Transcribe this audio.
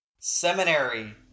seminary